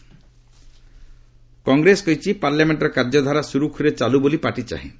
Congress parliament Congress କହିଛି ପାର୍ଲାମେଷ୍ଟର କାର୍ଯ୍ୟ ଧାରା ସୁରୁଖୁରୁରେ ଚାଲୁ ବୋଲି ପାର୍ଟି ଚାହେଁ